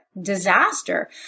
disaster